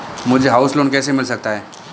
मुझे house loan कैसे मिल सकता है?